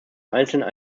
einzelnen